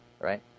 right